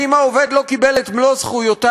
ואם העובד לא קיבל את מלוא זכויותיו,